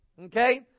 Okay